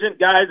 guys